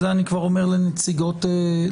ואת זה אני כבר אומר לנציגות הממשלה,